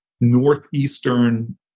Northeastern